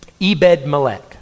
Ebed-Melech